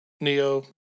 Neo